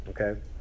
okay